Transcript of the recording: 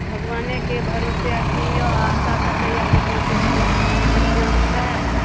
भगबानेके भरोसे अखनी यऽ आशा तकैए किछु ने किछु तऽ इन्तजाम होयत